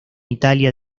italia